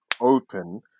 open